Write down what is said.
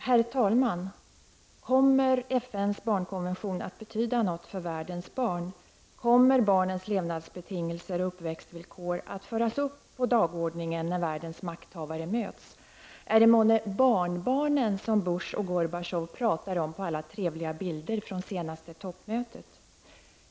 Herr talman! Kommer FNs barnkonvention att betyda något för världens barn? Kommer barnens levnadsbetingelser och uppväxtvillkor att föras upp på dagordningen när världens makthavare möts? Är det månne barnbarnen som Busch och Gorbatjov pratar om på alla trevliga bilder från senaste toppmötet?